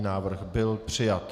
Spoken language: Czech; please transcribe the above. Návrh byl přijat.